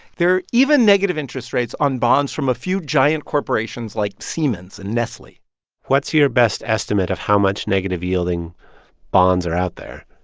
there are even negative interest rates on bonds from a few giant corporations like siemens and nestle what's your best estimate of how much negative-yielding bonds are out there?